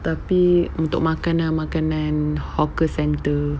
tapi untuk makanan-makanan hawker centre